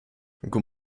god